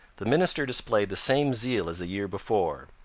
the minister displayed the same zeal as the year before.